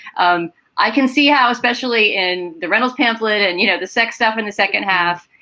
um i can see how, especially in the rentals pamphlet and, you know, the sex stuff in the second half,